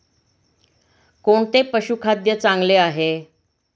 कोणते पशुखाद्य चांगले आहे?